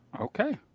Okay